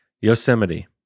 Yosemite